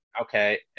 Okay